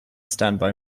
standby